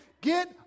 get